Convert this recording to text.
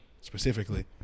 specifically